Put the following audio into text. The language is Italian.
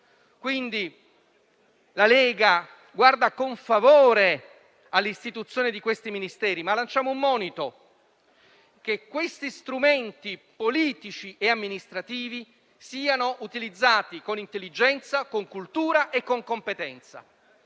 La Lega guarda con favore all'istituzione di questi Ministeri, ma lancia un monito: questi strumenti politici e amministrativi siano utilizzati con intelligenza, con cultura e competenza.